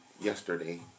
yesterday